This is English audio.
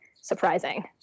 surprising